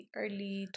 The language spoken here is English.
early